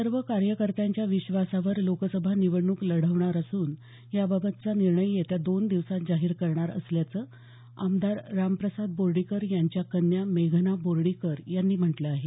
सर्व कार्यकर्त्यांच्या विश्वासावर लोकसभा निवडणूक लढवणार असून याबाबतचा निर्णय येत्या दोन दिवसात जाहीर करणार असल्याचं आमदार रामप्रसाद बोर्डीकर यांच्या कन्या मेघना बोर्डीकर यांनी म्हटलं आहे